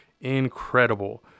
Incredible